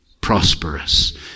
prosperous